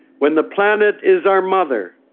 when the planet is our mother,